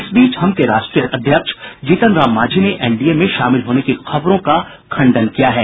इस बीच हम के राष्ट्रीय अध्यक्ष जीतन राम मांझी ने एनडीए में शामिलन होने की खबरों का खंडन किया है